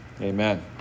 Amen